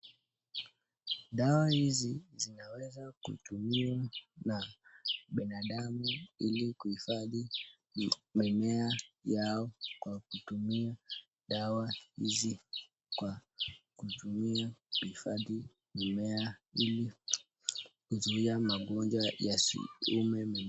Dawa hizi zinaweza kutumiwa na binadamu ili kuhifadhi mimea yao kwa kutumia dawa hizi kwa kutumia kuhifadhi mimea ili kuzuia magonjwa yasiume mime...